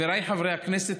חבריי חברי הכנסת,